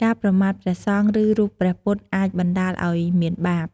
ការប្រមាថព្រះសង្ឃ ឬរូបព្រះពុទ្ធអាចបណ្តាលឲ្យមានបាប។